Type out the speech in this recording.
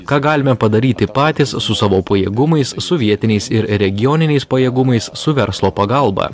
ką galime padaryti patys su savo pajėgumais su vietiniais ir regioniniais pajėgumais su verslo pagalba